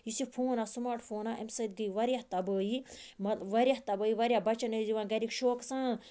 یُس یہِ فون آو سماٹ فون امہِ سۭتۍ گے واریاہ تَبٲہی مَطلَب واریاہ تَبٲہی واریاہ بَچَن ٲسۍ دِوان گَرٕکۍ شوقہٕ سان